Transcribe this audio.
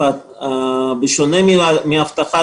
בשונה מאבטחה,